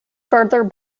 further